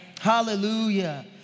Hallelujah